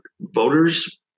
voters